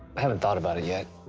i haven't thought about it yet.